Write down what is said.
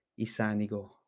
Isanigo